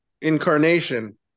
incarnation